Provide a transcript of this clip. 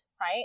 right